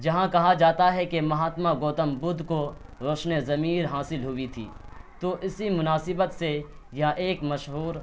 جہاں کہا جاتا ہے کہ مہاتما گوتم بودھ کو روشن ضمیر حاصل ہوئی تھی تو اسی مناسبت سے یا ایک مشہور